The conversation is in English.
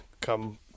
come